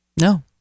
no